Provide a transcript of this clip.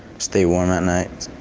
stay warm at night.